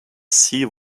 sea